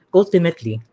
ultimately